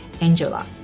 Angela